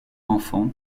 enfants